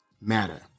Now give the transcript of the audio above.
matter